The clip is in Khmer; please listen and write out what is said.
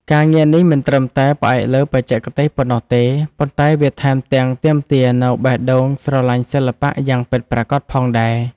ការងារនេះមិនត្រឹមតែផ្អែកលើបច្ចេកទេសប៉ុណ្ណោះទេ ប៉ុន្តែវាថែមទាំងទាមទារនូវបេះដូងស្រឡាញ់សិល្បៈយ៉ាងពិតប្រាកដផងដែរ។